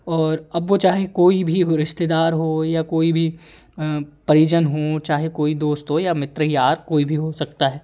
और अब वो चाहे कोई भी हो रिश्तेदार हो या कोई भी परिजन हों चाहे कोई दोस्त हो या मित्र यार कोई भी हो सकता है